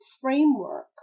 framework